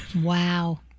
Wow